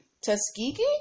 Tuskegee